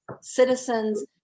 citizens